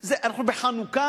זה פשוט, אנחנו בחנוכה,